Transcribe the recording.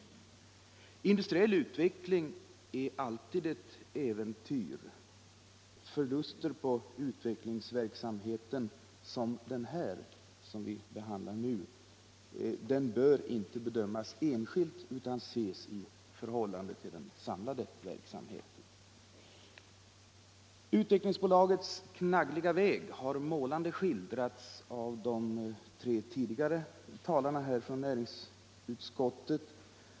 Industriell utveckling är alltid ett äventyr. Förluster på en utvecklingsverksamhet som den som vi nu behandlar bör inte ses enskilt utan i förhållande till den samlade verksamheten. Utvecklingsaktiebolagets knaggliga väg har målande skildrats av de tre tidigare talarna från näringsutskottet.